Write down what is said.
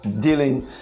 dealing